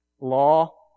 law